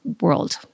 world